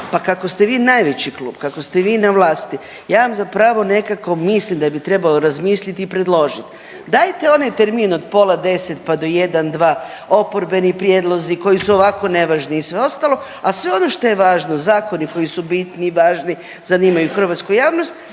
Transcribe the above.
pa kako ste vi najveći klub, kako ste vi na vlasti ja vam za pravo nekako mislim da bi trebalo razmisliti i predložit dajte onaj termin od pola deset pa do jedan, dva oporbeni prijedlozi koji su ovako nevažni i sve ostalo, a sve ono što je važno zakoni koji su bitni, važni, zanimaju hrvatsku javnost